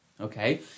okay